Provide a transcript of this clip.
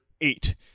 eight